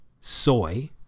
soy